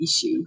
issue